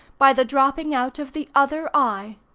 by the dropping out of the other eye.